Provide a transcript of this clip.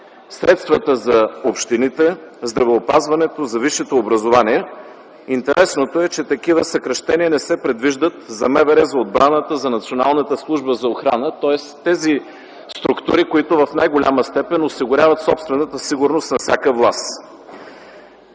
средствата за общините, здравеопазването, за висшето образование. Интересното е, че такива съкращения не се предвиждат за МВР, за отбраната, за Националната служба за охрана, тоест тези структури, които в най-голяма степен осигуряват собствената сигурност на всяка власт.